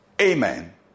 amen